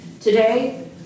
today